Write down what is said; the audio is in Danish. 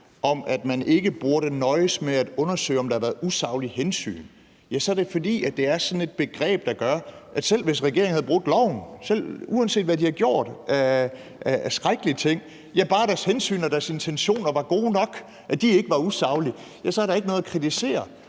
om, at man ikke burde nøjes med at undersøge, om der har været usaglige hensyn, så er det, fordi det er sådan et begreb, der gør, at selv hvis regeringen havde brudt loven, ja, uanset hvad den havde gjort af skrækkelige ting, så ville der ikke være noget at kritisere, så længe dens hensyn og intentioner var gode nok og ikke var usaglige. Det var derfor, vi mente